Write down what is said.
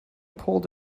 pulled